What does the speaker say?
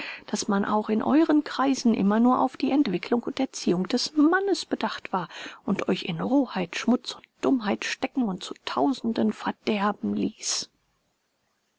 daß man auch in euren kreisen immer nur auf die entwicklung und erziehung des mannes bedacht war und euch in rohheit schmutz und dummheit stecken und zu tausenden verderben ließ